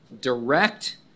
direct